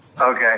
Okay